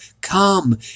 come